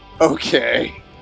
okay